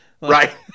Right